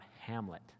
Hamlet